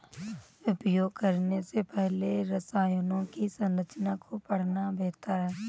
उपयोग करने से पहले रसायनों की संरचना को पढ़ना बेहतर है